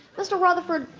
mr. rutherford,